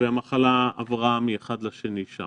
והמחלה עברה מאחד לשני שם.